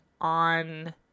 on